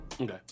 Okay